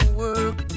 work